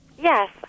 Yes